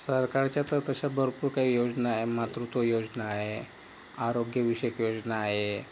सरकारच्या तर तशा भरपूर काही योजना आहे मातृत्व योजना आहे आरोग्यविषयक योजना आहे